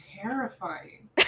terrifying